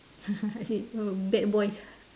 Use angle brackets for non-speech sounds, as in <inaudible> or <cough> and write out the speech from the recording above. <laughs> okay oh bad boys